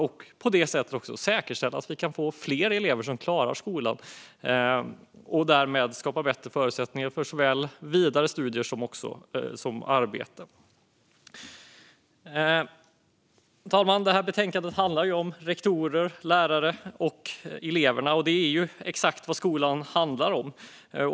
Så kan vi också säkerställa att vi får fler elever som klarar skolan och därmed skapar sig bättre förutsättningar för såväl vidare studier som arbete. Fru talman! Betänkandet handlar om rektorer, lärare och elever. Det är exakt vad skolan handlar om.